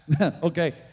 okay